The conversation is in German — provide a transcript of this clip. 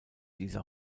dieser